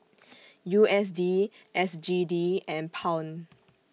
U S D S G D and Pound